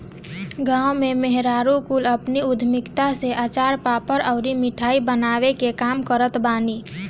गांव में मेहरारू कुल अपनी उद्यमिता से अचार, पापड़ अउरी मिठाई बनवला के काम करत बानी